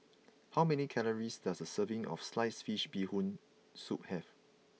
how many calories does a serving of Sliced Fish Bee Hoon Soup have